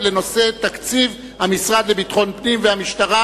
לנושא תקציב המשרד לביטחון פנים והמשטרה,